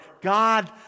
God